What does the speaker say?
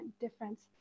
difference